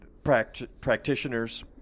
practitioners